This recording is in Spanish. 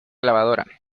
lavadora